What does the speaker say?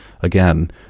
Again